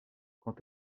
quant